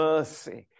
Mercy